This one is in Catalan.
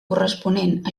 corresponent